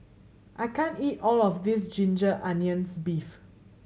I can't eat all of this ginger onions beef